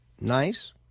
Nice